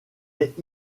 est